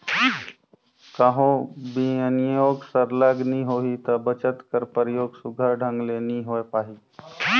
कहों बिनियोग सरलग नी होही ता बचत कर परयोग सुग्घर ढंग ले नी होए पाही